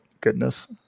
goodness